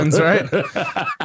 right